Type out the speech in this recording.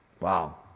Wow